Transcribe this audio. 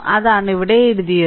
അതാണ് ഇവിടെ എഴുതിയത്